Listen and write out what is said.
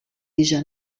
déjà